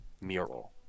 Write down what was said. mural